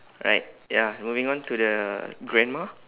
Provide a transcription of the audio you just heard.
right ya moving on to the grandma